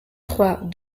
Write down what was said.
trois